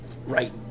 Right